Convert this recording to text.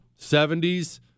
70s